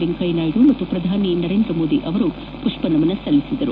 ವೆಂಕಯ್ಯನಾಯ್ಡು ಮತ್ತು ಪ್ರಧಾನಿ ನರೇಂದ್ರ ಮೋದಿ ಅವರು ಪುಷ್ಪನಮನ ಸಲ್ಲಿಸಿದರು